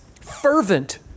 fervent